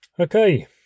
Okay